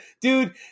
Dude